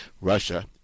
Russia